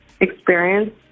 experience